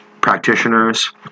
practitioners